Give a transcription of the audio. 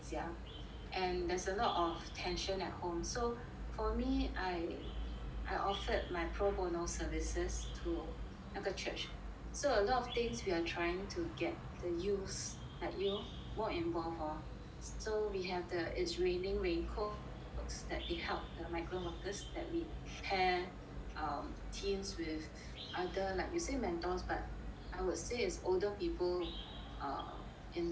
and there's a lot of tension at home so for me I I offered my pro bono services to 那个 church so a lot of things we are trying to get the youths like you more involved lor so we have the it's raining raincoats that they helped the migrant workers that we pair um teens with other like you say mentors but I would say it's older people err in the